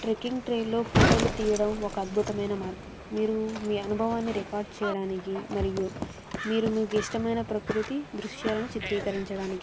trekking ట్రైల్లో ఫోటోలు తీయడం ఒక అద్భుతమైన మార్గం మీరు మీ అనుభవాన్ని రికార్డ్ చేయడానికి మరియు మీరు మీకు ఇష్టమైన ప్రకృతి దృశ్యాలను చిత్రీకరించడానికి